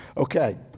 Okay